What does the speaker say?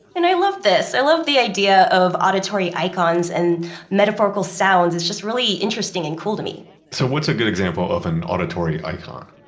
and i love this. i love the idea of auditory icons and metaphorical sounds. it's just really interesting and cool to me so what's a good example of an auditory icon?